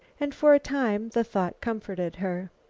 and for a time the thought comforted her.